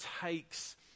takes